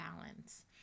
balance